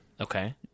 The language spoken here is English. Okay